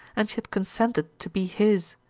and she had consented to be his.